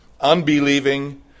unbelieving